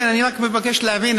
אני רק מבקש להבין,